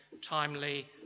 timely